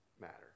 matter